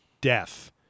death